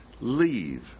leave